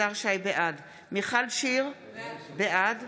בעד מיכל שיר סגמן, בעד